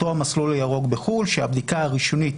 אותו המסלול הירוק בחו"ל שהבדיקה הראשונית